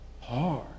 Hard